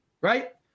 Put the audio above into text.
right